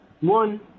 one –